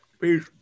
Peace